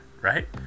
right